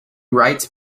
writes